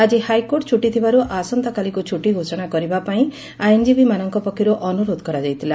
ଆଜି ହାଇକୋର୍ଟ ଛୁଟି ଥିବାରୁ ଆସନ୍ତାକାଲିକୁ ଛୁଟି ଘୋଷଣା କରିବା ପାଇଁ ଆଇନଜୀବୀମାନଙ୍କ ପକ୍ଷର୍ ଅନୁରୋଧ କରାଯାଇଥିଲା